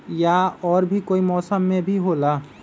या और भी कोई मौसम मे भी होला?